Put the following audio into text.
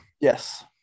yes